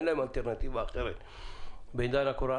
אין להם אלטרנטיבה אחרת בעידן הקורונה.